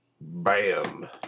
bam